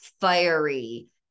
fiery